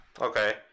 Okay